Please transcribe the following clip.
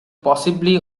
possibly